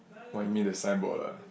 what you mean the signboard ah